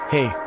Hey